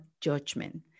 judgment